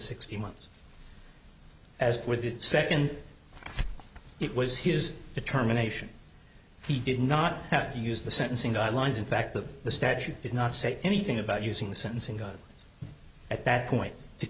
sixty months as were the second it was his determination he did not have to use the sentencing guidelines in fact that the statute did not say anything about using the sentencing and at that point to